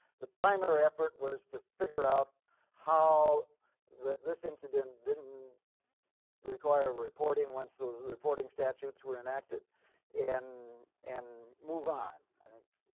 the primary effort was to figure out how that this incident didn't require reporting once those reporting statutes were enacted in and move on. i think